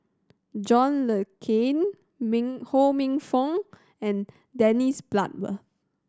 John Le Cain Min Ho Minfong and Dennis Bloodworth